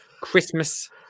christmas